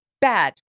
bad